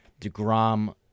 DeGrom